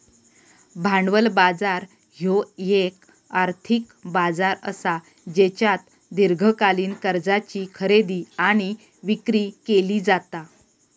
भांडवल बाजार ह्यो येक आर्थिक बाजार असा ज्येच्यात दीर्घकालीन कर्जाची खरेदी आणि विक्री केली जाता